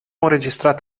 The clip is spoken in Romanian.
înregistrat